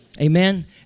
Amen